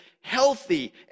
healthy